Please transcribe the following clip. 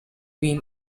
been